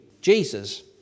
Jesus